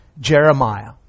Jeremiah